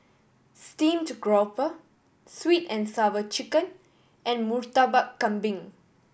steamed grouper Sweet And Sour Chicken and Murtabak Kambing